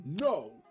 No